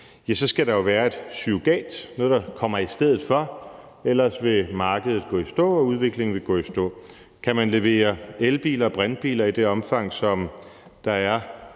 Ja, så skal der jo være et surrogat, altså noget, der kommer i stedet for. Ellers vil markedet gå i stå, og udviklingen vil gå i stå. Kan man levere elbiler og brintbiler i det omfang, som der er